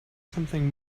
something